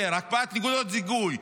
הקפאת נקודות זיכוי,